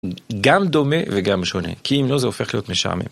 גם דומה וגם שונה כי אם לא זה הופך להיות משעמם.